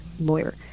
lawyer